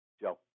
Joe